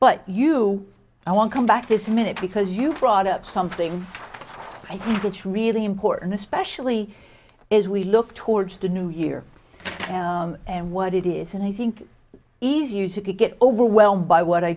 but you i want come back this minute because you brought up something i think it's really important especially as we look towards the new year and what it is and i think easier to get overwhelmed by what i